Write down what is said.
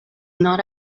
not